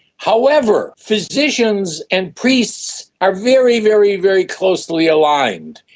however, physicians and priests are very, very very closely aligned,